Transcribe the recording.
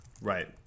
Right